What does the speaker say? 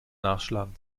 nachschlagen